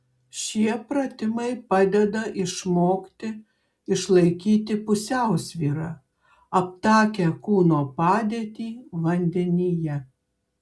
šie pratimai padeda išmokti išlaikyti pusiausvyrą aptakią kūno padėtį vandenyje